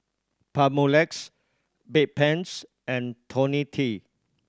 Papulex Bedpans and Ionil T